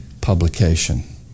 publication